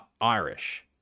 Irish